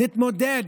בואו נתמודד,